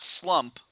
slump